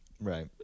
Right